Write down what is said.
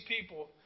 people